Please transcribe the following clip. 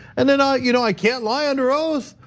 and then i you know i can't lie under oath.